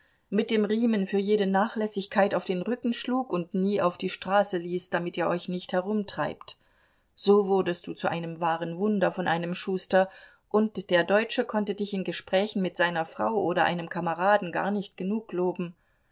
mit dem riemen für jede nachlässigkeit auf den rücken schlug und nie auf die straße ließ damit ihr euch nicht herumtreibt so wurdest du zu einem wahren wunder von einem schuster und der deutsche konnte dich in gesprächen mit seiner frau oder einem kameraden gar nicht genug loben